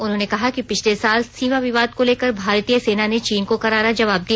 उन्होंने कहा कि पिछले साल देश ने सीमा विवाद को लेकर भारतीय सेना ने चीन को करारा जवाब दिया